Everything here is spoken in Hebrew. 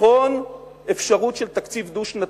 לבחון אפשרות של תקציב דו-שנתי.